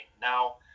Now